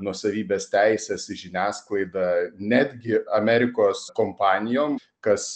nuosavybės teises į žiniasklaidą netgi amerikos kompanijom kas